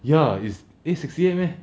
ya it's eh sixty eight meh